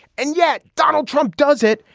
and yet donald trump does it.